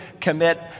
commit